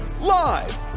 live